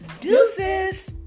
deuces